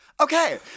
okay